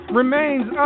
remains